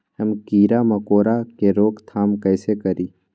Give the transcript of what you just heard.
हम किरा मकोरा के रोक थाम कईसे करी?